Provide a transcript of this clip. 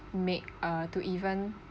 make a to even